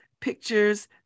pictures